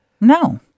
no